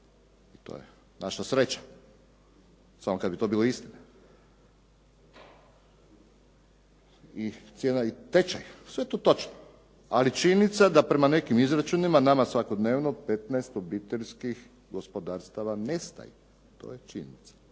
to je naša sreća, samo kad bi to bila istina. I cijena i tečaj, sve je to točno, ali činjenica je da prema nekim izračunima nama svakodnevno 15 obiteljskih gospodarstava nestaje. To je činjenica.